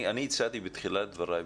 הצעתי בתחילת דבריי,